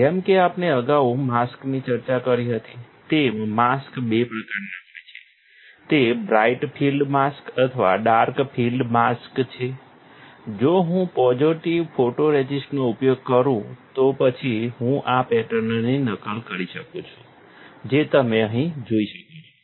જેમ કે આપણે અગાઉ માસ્કની ચર્ચા કરી હતી તેમ માસ્ક બે પ્રકારના હોય છે તે બ્રાઇટ ફીલ્ડ માસ્ક અથવા ડાર્ક ફિલ્ડ માસ્ક છે જો હું પોઝિટિવ ફોટોરઝિસ્ટનો ઉપયોગ કરું તો પછી હું આ પેટર્નની નકલ કરી શકું છું જે તમે અહીં જોઈ શકો છો